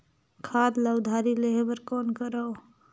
खाद ल उधारी लेहे बर कौन करव?